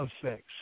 effects